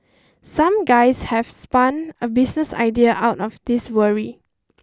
some guys have spun a business idea out of this worry